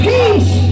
Peace